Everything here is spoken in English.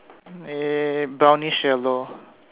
eh brownish yellow